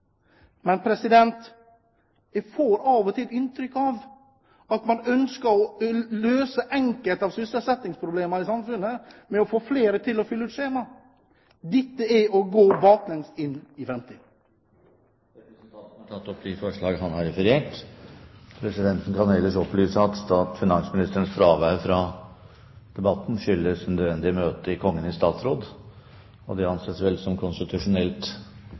Men jeg får av og til inntrykk av at man ønsker å løse enkelte sysselsettingsproblemer i samfunnet med å få flere til å fylle ut skjemaer. Dette er å gå baklengs inn i framtiden. Representanten Harald T. Nesvik har tatt opp de forslagene han har referert til. Presidenten kan ellers opplyse at finansministerens fravær fra debatten skyldes et nødvendig møte hos Kongen i statsråd, og det anses vel som konstitusjonelt